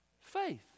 faith